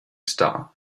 star